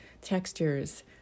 textures